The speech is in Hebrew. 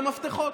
את המפתחות.